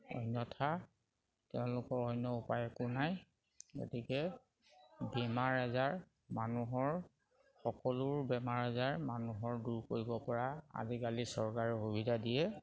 অন্যথা তেওঁলোকৰ অন্য উপায় একো নাই গতিকে বেমাৰ আজাৰ মানুহৰ সকলোৰ বেমাৰ আজাৰ মানুহৰ দূৰ কৰিব পৰা আজিকালি চৰকাৰে সুবিধা দিয়ে